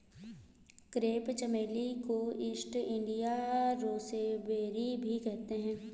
crepe चमेली को East India rosebay भी कहते हैं